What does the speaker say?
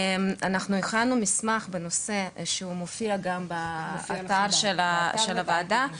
אנחנו הכנו מסמך בנושא הזה שגם מופיע באתר של הוועדה.